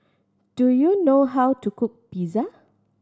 do you know how to cook Pizza